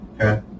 Okay